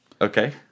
Okay